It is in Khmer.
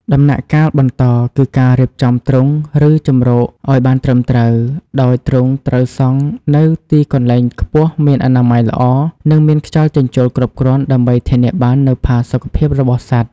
ដំណាក់កាលបន្តគឺការរៀបចំទ្រុងឬជម្រកឲ្យបានត្រឹមត្រូវ ដោយទ្រុងត្រូវសង់នៅទីកន្លែងខ្ពស់មានអនាម័យល្អនិងមានខ្យល់ចេញចូលគ្រប់គ្រាន់ដើម្បីធានាបាននូវផាសុកភាពរបស់សត្វ។